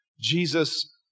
Jesus